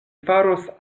faros